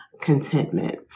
contentment